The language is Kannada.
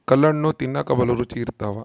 ಕಲ್ಲಣ್ಣು ತಿನ್ನಕ ಬಲೂ ರುಚಿ ಇರ್ತವ